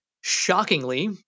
shockingly